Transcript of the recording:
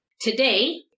Today